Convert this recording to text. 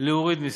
להוריד מסים.